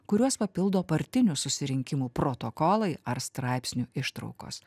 kuriuos papildo partinių susirinkimų protokolai ar straipsnių ištraukos